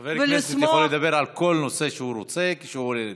חבר הכנסת יכול לדבר על כל נושא שהוא רוצה כשהוא עולה לדבר.